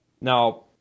Now